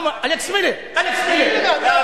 אלכס מילר, אלכס מילר.